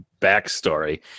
backstory